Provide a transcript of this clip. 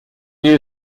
new